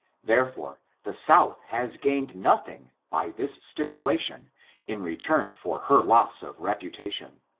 therefore, the south has gained nothing by this stipulation in return for her loss of reputation.